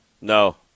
No